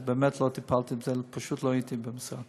אז באמת לא טיפלתי בזה כי פשוט לא הייתי במשרד.